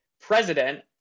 President